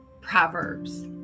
Proverbs